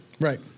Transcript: Right